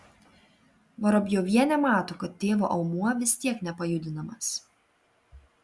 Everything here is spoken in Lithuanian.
vorobjovienė mato kad tėvo aumuo vis tiek nepajudinamas